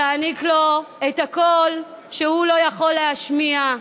להעניק לו את הקול שהוא לא יכול להשמיע.